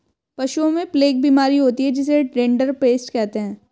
पशुओं में प्लेग बीमारी होती है जिसे रिंडरपेस्ट कहते हैं